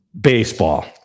baseball